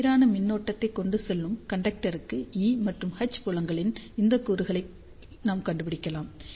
சீரான மின்னோட்டத்தை கொண்டு செல்லும் கண்டெக்டருக்கு E மற்றும் H புலங்களின் இந்த கூறுகளை நாம் கண்டுபிடிக்கலாம்